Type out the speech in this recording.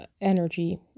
energy